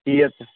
कियत्